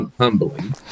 humbling